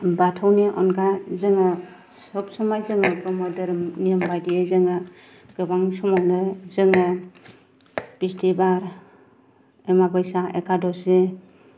बाथौनि अनगा जोंहा सब समाय जोंहा ब्रम्ह धोरोमनि नियम बायदियै जोङो गोबां समावनो जोङो बिसथिबार अमाबैसा एकादसि